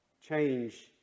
change